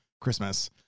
Christmas